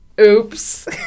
Oops